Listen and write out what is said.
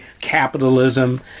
capitalism